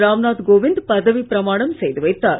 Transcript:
ராம்நாத் கோவிந்த் பதவி பிரமாணம் செய்து வைத்தார்